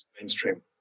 mainstream